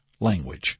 language